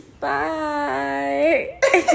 Bye